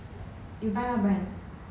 you buy what brand